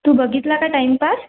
तू बघितला का टाइमपास